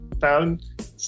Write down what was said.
found